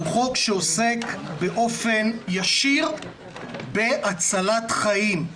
עוסק באופן ישיר בהצלת חיים.